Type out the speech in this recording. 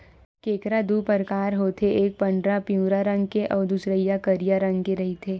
केंकरा दू परकार होथे एक पंडरा पिंवरा रंग के अउ दूसरइया करिया रंग के रहिथे